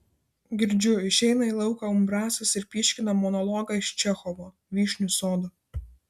girdžiu išeina į lauką umbrasas ir pyškina monologą iš čechovo vyšnių sodo